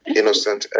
Innocent